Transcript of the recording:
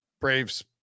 Braves